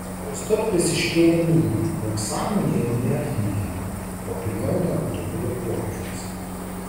aristotelis iškėlė mintį jog sąmonėje nėra nieko ko pirmiau nebūtų buvę pojūčiuose